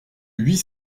huit